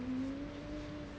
mm